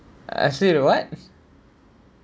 actually what